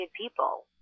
people